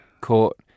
caught